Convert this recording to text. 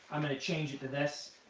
i'm going to change it to this.